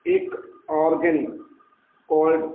ਇੱਕ origin cold